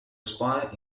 expire